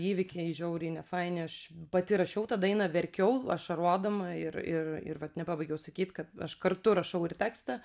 įvykiai žiauriai nefaini aš pati rašiau tą dainą verkiau ašarodama ir ir ir vat nepabaigiau sakyt kad aš kartu rašau ir tekstą